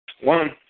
One